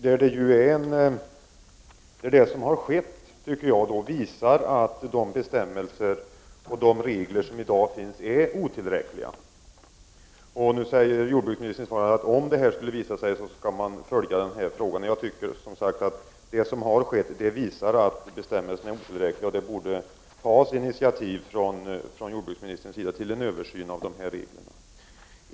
Jag menar att det som har skett visar att de bestämmelser och de regler som i dag finns är otillräckliga. Jordbruksministern säger i svaret att om det visar sig att bestämmelserna är otillräckliga, kommer regeringen att följa upp denna fråga. Jag anser att jordbruksministern borde ta initiativ till en översyn av dessa regler, eftersom de — som sagt — visat sig vara otillräckliga.